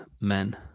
men